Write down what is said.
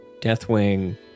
Deathwing